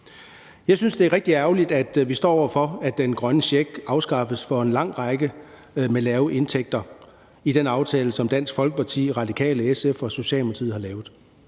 Jeg synes, det er rigtig ærgerligt, at vi står over for, at den grønne check afskaffes for en lang række mennesker med lave indtægter i den aftale, som Dansk Folkeparti, Radikale, SF og Socialdemokratiet har lavet.